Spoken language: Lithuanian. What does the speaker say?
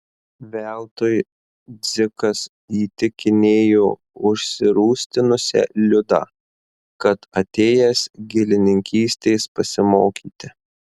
veltui dzikas įtikinėjo užsirūstinusią liudą kad atėjęs gėlininkystės pasimokyti